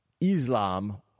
Islam